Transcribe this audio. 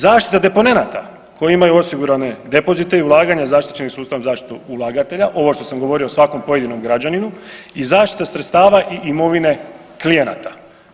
Zaštita deponenata koji imaju osigurane depozite i ulaganja, zaštićeni sustav ulagatelja ovo što sam govorio o svakom pojedinom građaninu i zaštita sredstava i imovine klijenata.